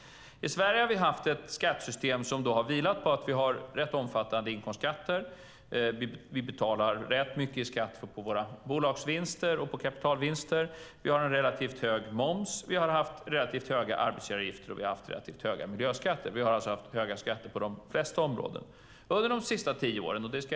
I Sverige har skattesystemet vilat på rätt höga inkomstskatter. Vi betalar ganska mycket skatt på bolagsvinster och kapitalvinster. Vi har en relativt hög moms. Vi har haft relativt höga arbetsgivaravgifter och tämligen höga miljöskatter. Skatterna är alltså höga på de flesta områden.